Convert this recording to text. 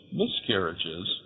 miscarriages